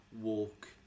walk